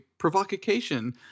provocation